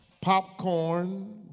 popcorn